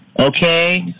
okay